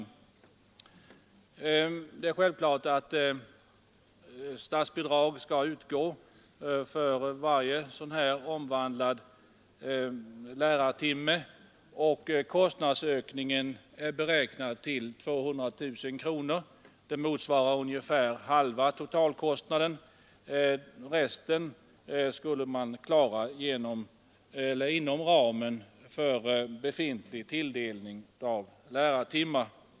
Det är självklart att statsbidrag skall utgå för varje sådan omvandlad lärartimme, och kostnadsökningen är beräknad till 200 000 kronor, vilket motsvarar ungefär halva totalkostnaden. Resten skulle man klara inom ramen för befintlig tilldelning av lärartimmar.